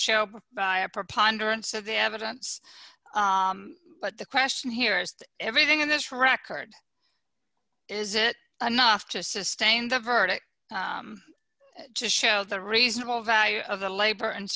show by a preponderance of the evidence but the question here is everything in this record is it enough to sustain the verdict to show the reasonable value of the labor and